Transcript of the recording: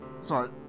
Sorry